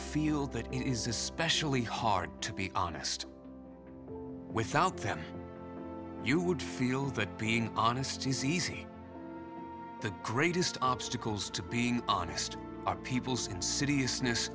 feel that it is especially hard to be honest without them you would feel that being honest is easy the greatest obstacles to being honest are people's insidious